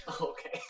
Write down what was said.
Okay